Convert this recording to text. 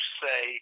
say